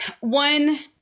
one